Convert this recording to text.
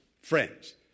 Friends